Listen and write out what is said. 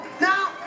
now